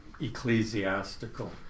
ecclesiastical